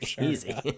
easy